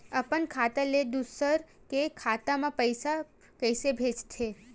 अपन खाता ले दुसर के खाता मा पईसा कइसे भेजथे?